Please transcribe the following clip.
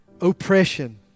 oppression